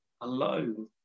alone